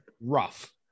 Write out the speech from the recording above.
rough